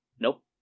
Nope